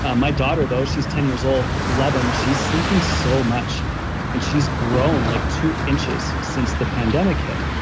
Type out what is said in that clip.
ah my daughter though she's ten years old, eleven, she's sleeping so much and she's grown like two inches since the pandemic hit.